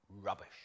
Rubbish